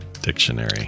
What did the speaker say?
dictionary